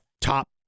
top